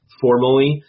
formally